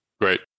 Great